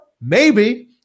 maybe-